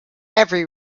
every